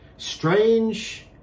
Strange